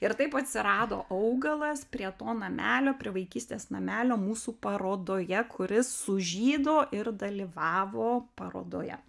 ir taip atsirado augalas prie to namelio prie vaikystės namelio mūsų parodoje kuris sužydo ir dalyvavo parodoje